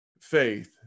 faith